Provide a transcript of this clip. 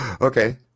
Okay